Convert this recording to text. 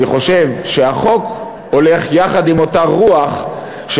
אני חושב שהחוק הולך יחד עם אותה רוח של